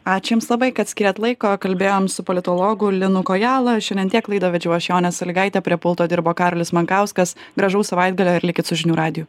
ačiū jums labai kad skyrėt laiko kalbėjom su politologu linu kojala šiandien tiek laidą vedžiau aš jonė salygaitė prie pulto dirbo karolis mankauskas gražaus savaitgalio ir likit su žinių radiju